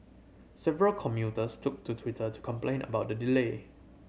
several commuters took to Twitter to complain about the delay